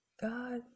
God